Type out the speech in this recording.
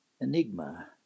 enigma